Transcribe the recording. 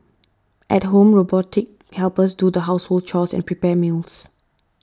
at home robotic helpers do the household chores and prepare meals